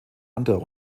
anderer